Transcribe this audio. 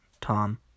Tom